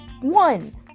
one